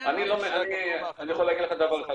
אני יכול להגיד לך דבר אחד,